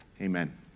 Amen